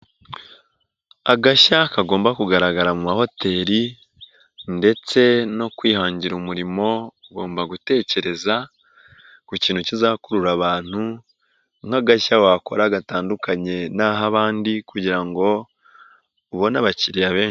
Agashya kagomba kugaragara mu mahoteli ndetse no kwihangira umurimo, ugomba gutekereza ku kintu kizakurura abantu, nk'agashya wakora gatandukanye n'ah'abandi kugira ngo ubone abakiriya benshi.